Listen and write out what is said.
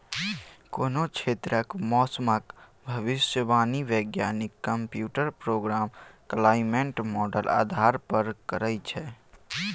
कोनो क्षेत्रक मौसमक भविष्यवाणी बैज्ञानिक कंप्यूटर प्रोग्राम क्लाइमेट माँडल आधार पर करय छै